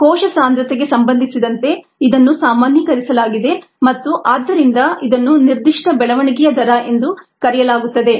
ಕೋಶ ಸಾಂದ್ರತೆಗೆ ಸಂಬಂಧಿಸಿದಂತೆ ಇದನ್ನು ಸಾಮಾನ್ಯೀಕರಿಸಲಾಗಿದೆ ಆದ್ದರಿಂದ ಇದನ್ನು ನಿರ್ದಿಷ್ಟ ಬೆಳವಣಿಗೆಯ ದರ ಎಂದು ಕರೆಯಲಾಗುತ್ತದೆ